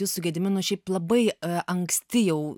jūs su gediminu šiaip labai anksti jau